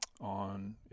on